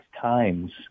times